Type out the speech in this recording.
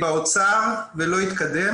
באוצר ולא יתקדם.